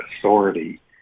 authority